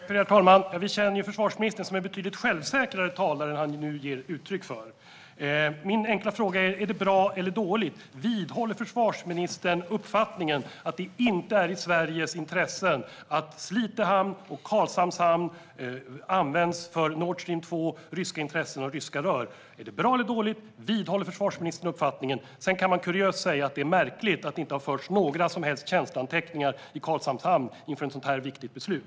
Herr talman! Vi känner ju försvarsministern som en betydligt självsäkrare talare än vad han nu ger uttryck för. Mina enkla frågor är: Är detta bra eller dåligt? Vidhåller försvarsministern uppfattningen att det inte ligger i Sveriges intresse att Slite hamn och Karlshamns hamn används för Nord Stream 2, ryska intressen och ryska rör? Sedan kan man säga att det är kuriöst och märkligt att det inte har förts några som helst tjänsteanteckningar i Karlshamns hamn inför ett sådant här viktigt beslut.